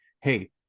hey